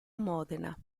modena